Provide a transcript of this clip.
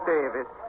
Davis